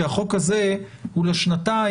כי החוק הזה הוא לשנתיים.